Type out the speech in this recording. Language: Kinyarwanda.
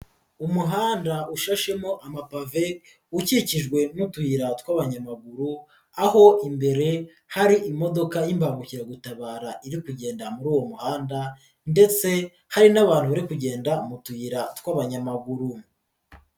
Umuhanda ushashemo amapave ukikijwe n'uduyira tw'abanyamaguru aho imbere hari imodoka y'imbangukiragutabara iri kugenda muri uwo muhanda ndetse hari n'abantu bari kugenda mu tuyira tw'abanyamaguru.